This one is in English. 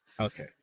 okay